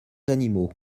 animaux